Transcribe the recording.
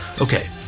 Okay